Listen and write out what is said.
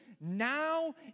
now